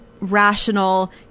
rational